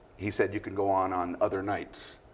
he said, you can go on on other nights.